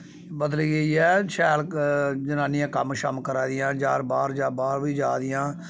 हां बदली गेई ऐ शैल जनानियां कम्म शम्म करा दियां बाह्र बाह्र बी जा दियां